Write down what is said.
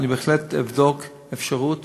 אני בהחלט אבדוק אפשרות